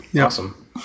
awesome